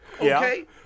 okay